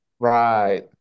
Right